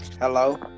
Hello